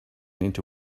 into